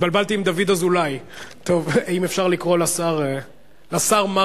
אם אפשר לקרוא לשר מרגי.